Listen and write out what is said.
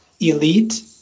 elite